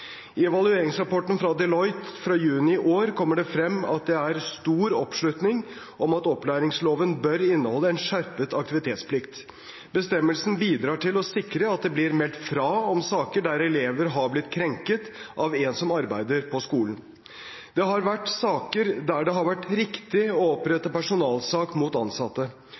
I evalueringsrapporten fra Deloitte fra juni i år kommer det frem at det er stor oppslutning om at opplæringsloven bør inneholde en skjerpet aktivitetsplikt. Bestemmelsen bidrar til å sikre at det blir meldt fra om saker der elever har blitt krenket av en som arbeider på skolen. Det har vært saker der det har vært riktig å opprette personalsak mot ansatte.